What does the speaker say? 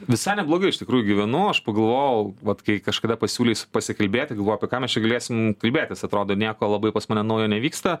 visai neblogai iš tikrųjų gyvenu aš pagalvojau vat kai kažkada pasiūlei s pasikalbėti galvojau apie ką mes čia galėsim kalbėtis atrodo nieko labai pas mane naujo nevyksta